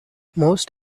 most